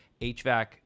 HVAC